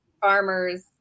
farmers